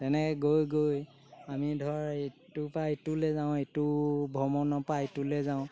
তেনেকৈ গৈ গৈ আমি ধৰ ইটোৰপৰা ইটোলৈ যাওঁ এইটো ভ্ৰমণৰপৰা ইটোলৈ যাওঁ